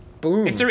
boom